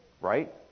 right